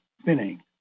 spinning